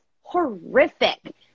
horrific